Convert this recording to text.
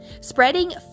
spreading